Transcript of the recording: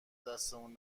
دستمون